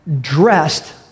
dressed